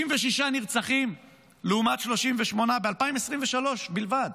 66 נרצחים לעומת 38, ב-2023 בלבד.